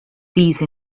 these